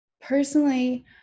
Personally